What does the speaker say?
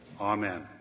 Amen